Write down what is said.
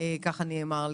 כך נאמר לי.